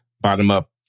bottom-up